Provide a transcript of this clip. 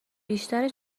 بیشتر